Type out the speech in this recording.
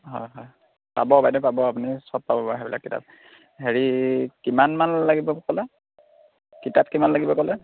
হয় হয় পাব বাইদেউ পাব আপুনি চব পাব বাৰু সেইবিলাক কিতাপ হেৰি কিমান মান লাগিব ক'লে কিতাপ কিমান লাগিব ক'লে